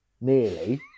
Nearly